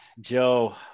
joe